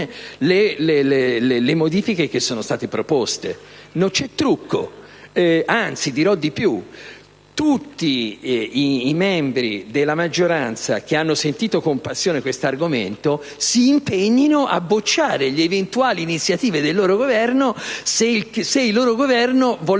le modifiche che sono state proposte. Non c'è trucco, e, anzi, dirò di più: tutti i membri della maggioranza, che hanno sentito con passione questo argomento, s'impegnino a bocciare le eventuali iniziative del loro Governo, nel caso in cui esso